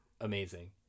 amazing